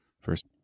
first